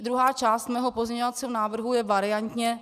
Druhá část mého pozměňovacího návrhu je variantní.